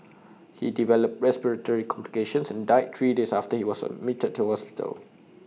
he developed respiratory complications and died three days after he was admitted to hospital